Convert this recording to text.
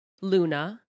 Luna